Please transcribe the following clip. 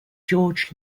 george